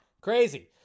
Crazy